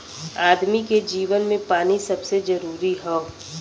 आदमी के जीवन मे पानी सबसे जरूरी हौ